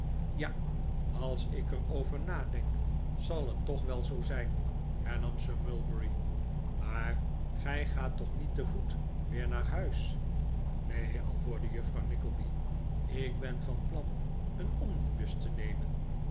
ja als ik er over nadenk zal het toch wel zoo zijn hernam sir mulberry maar gij gaat toch niet te voet weer naar huis neen antwoordde juffrouw nickleby ik ben van plan een omnibus te nemen